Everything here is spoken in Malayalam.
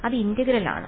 അത് ഇന്റഗ്രൽ ആണ്